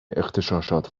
اغتشاشات